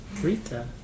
Rita